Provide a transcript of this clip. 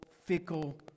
fickle